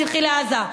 תלכי לעזה,